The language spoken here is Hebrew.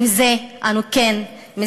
עם זה אנו כן מזדהים.